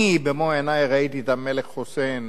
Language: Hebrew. אני במו עיני ראיתי את המלך חוסיין